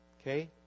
Okay